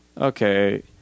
okay